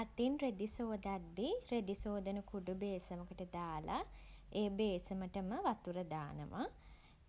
අතින් රෙදි සෝදද්දී රෙදි සෝදන කුඩු බේසමකට දාලා ඒ බේසමටම වතුර දානවා.